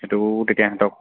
সেইটোও তেতিয়া সিহঁতক